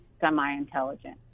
semi-intelligent